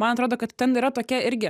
man atrodo kad ten yra tokia irgi